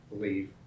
believe